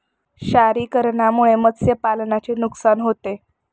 क्षारीकरणामुळे मत्स्यपालनाचे नुकसान होते